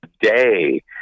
day